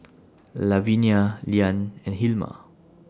Lavinia Leann and Hilma